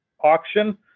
auction